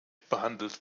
behandelt